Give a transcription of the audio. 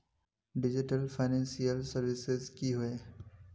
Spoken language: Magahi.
डिजिटल फैनांशियल सर्विसेज की होय?